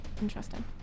Interesting